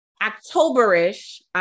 October-ish